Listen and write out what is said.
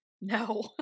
No